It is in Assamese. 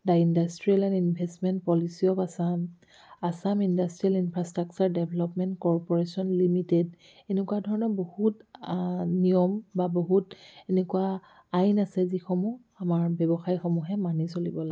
the industrial policy of Assam Assam industrial infrastructure development corporation limited এনেকুৱা ধৰণৰ বহুত নিয়ম বা বহুত এনেকুৱা আইন আছে যিসমূহ আমাৰ ব্যৱসায়ীসমূহে মানি চলিব লাগে